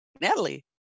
Natalie